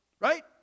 Right